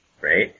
right